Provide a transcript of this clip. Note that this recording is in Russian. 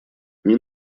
мин